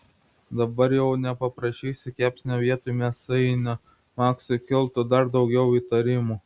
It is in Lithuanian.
dabar jau nepaprašysi kepsnio vietoj mėsainio maksui kiltų dar daugiau įtarimų